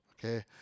okay